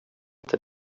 inte